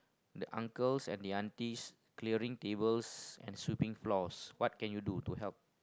the uncles and the aunties clearing table and sweeping floors what can you do to help